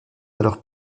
alors